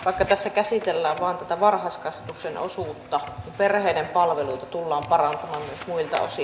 vaikka tässä käsitellään vain tätä varhaiskasvatuksen osuutta perheiden palveluita tullaan parantamaan myös muilta osin